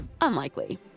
Unlikely